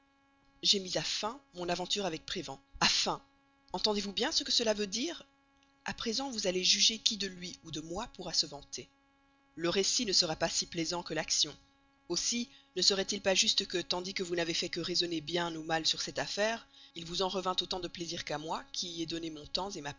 j'ai mis à fin mon aventure avec prévan à fin entendez-vous bien ce que cela veut dire a présent vous allez juger qui de lui ou de moi pourra se vanter le récit ne sera pas si plaisant que l'action aussi ne serait-il pas juste que tandis que vous n'avez fait que raisonner bien ou mal sur cette affaire il vous en revînt autant de plaisir qu'à moi qui y donnais mon temps